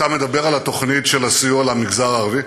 אתה מדבר על התוכנית של הסיוע למגזר הערבי?